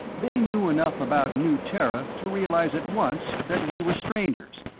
they knew enough about new terra to realize at once that we were strangers,